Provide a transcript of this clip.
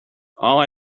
all